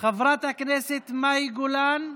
חברת הכנסת מאי גולן,